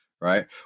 right